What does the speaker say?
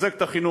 נחזק את החינוך,